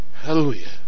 Hallelujah